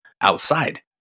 outside